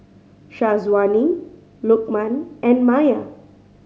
Syazwani Lukman and Maya